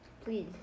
please